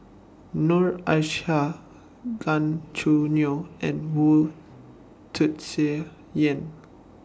Noor Aishah Gan Choo Neo and Wu Tsai Yen